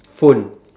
phone